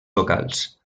locals